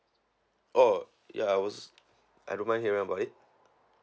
oh ya I was I don't mind hearing about it